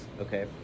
okay